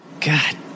God